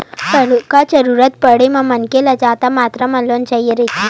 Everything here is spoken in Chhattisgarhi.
बड़का जरूरत परे म मनखे ल जादा मातरा म लोन चाही रहिथे